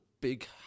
big